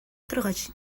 торгач